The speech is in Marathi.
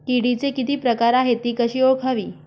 किडीचे किती प्रकार आहेत? ति कशी ओळखावी?